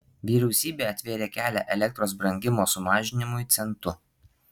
vyriausybė atvėrė kelią elektros brangimo sumažinimui centu